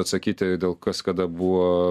atsakyti dėl kas kada buvo